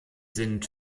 sind